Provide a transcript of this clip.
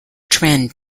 trend